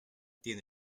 tiene